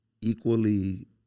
equally